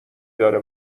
داره